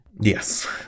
Yes